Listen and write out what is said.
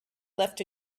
left